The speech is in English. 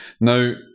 Now